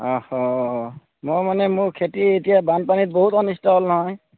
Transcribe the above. অঁ হ মই মানে মোৰ খেতি এতিয়া বানপানীত বহুত অনিষ্ট হ'ল নহয়